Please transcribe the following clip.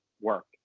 work